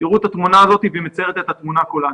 תראו את התמונה הזו, היא מציירת את התמונה כולה.